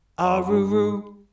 Aruru